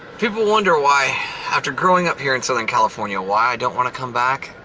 people wonder why after growing up here in southern california, why i don't want to come back.